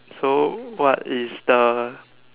so what is the